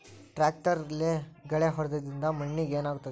ಟ್ರಾಕ್ಟರ್ಲೆ ಗಳೆ ಹೊಡೆದಿದ್ದರಿಂದ ಮಣ್ಣಿಗೆ ಏನಾಗುತ್ತದೆ?